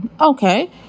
okay